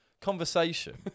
conversation